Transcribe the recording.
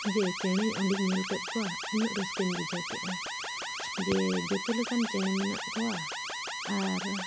ᱡᱮ ᱪᱮᱬᱮ ᱚᱸᱰᱮᱧ ᱧᱮᱞ ᱠᱮᱫ ᱠᱚᱣᱟ ᱩᱱᱟᱹᱜ ᱨᱟᱹᱥᱠᱟᱹᱧ ᱵᱩᱡᱷᱟᱹᱣ ᱠᱮᱜᱼᱟ ᱡᱮ ᱡᱷᱚᱛᱚ ᱞᱮᱠᱟᱱ ᱪᱮᱬᱮ ᱢᱮᱱᱟᱜ ᱠᱚᱣᱟ ᱟᱨ